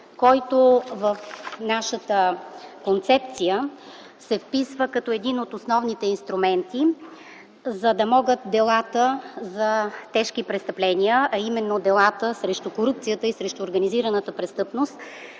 който в нашата концепция се вписва като един от основните инструменти, за да могат делата за тежки престъпления, а именно тези срещу корупцията и организираната престъпност